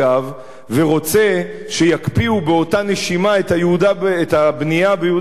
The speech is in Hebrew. ורוצה שיקפיאו באותה נשימה את הבנייה ביהודה ושומרון,